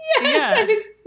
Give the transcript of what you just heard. Yes